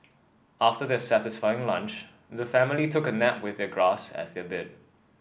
after their satisfying lunch the family took a nap with the grass as their bed